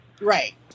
right